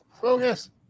focus